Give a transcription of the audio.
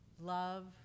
love